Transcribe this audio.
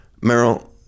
Meryl